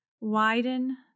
Widen